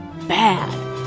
bad